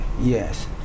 Yes